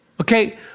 okay